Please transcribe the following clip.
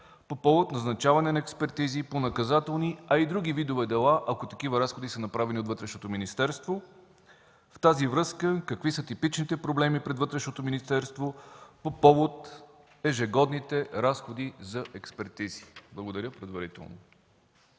по повод назначаване на експертизи по наказателни, а и други видове дела, ако такива разходи са направени от Вътрешното министерство? Във връзка с това какви са типичните проблеми пред Вътрешното министерство по повод ежегодните разходи за експертизи? Благодаря предварително.